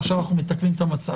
עכשיו אנחנו מתקנים את המצב.